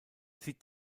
sie